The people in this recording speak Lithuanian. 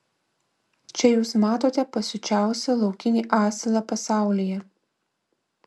čia jūs matote pasiučiausią laukinį asilą pasaulyje